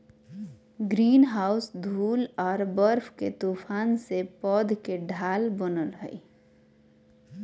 greenhouse धूल आर बर्फ के तूफान से पौध के ढाल बनय हइ